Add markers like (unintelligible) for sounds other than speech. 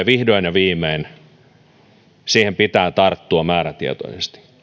(unintelligible) vihdoin ja viimein tarttua määrätietoisesti